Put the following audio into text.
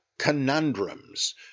conundrums